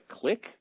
click